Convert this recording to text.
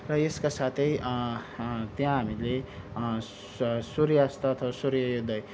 र यसका साथै त्यहाँ हामीले स सूर्यास्त तथा सूर्योदय